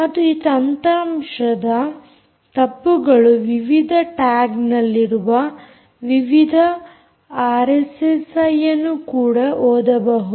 ಮತ್ತು ಈ ತಂತ್ರಾಂಶದ ತಪ್ಪುಗಳು ವಿವಿಧ ಟ್ಯಾಗ್ನಲ್ಲಿರುವ ವಿವಿಧ ಆರ್ಎಸ್ಎಸ್ಐಯನ್ನು ಕೂಡ ಓದಬಹುದು